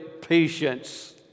patience